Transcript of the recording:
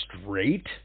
straight